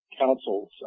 councils